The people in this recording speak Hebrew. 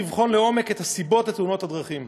לבחון לעומק את הסיבות לתאונות הדרכים.